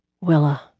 Willa